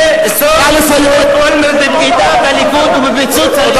לסוף, אולמרט לבגידת הליכוד ולפיצוץ הליכוד.